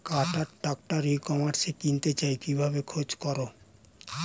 কাটার tractor e কমার্সে কিনতে চাই কিভাবে খোঁজ করো?